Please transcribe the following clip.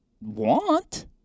want